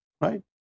right